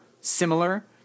similar